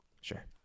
Sure